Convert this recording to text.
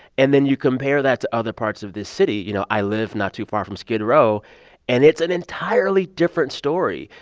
and then you compare that to other parts of this city you know, i live not too far from skid row and it's an entirely different story.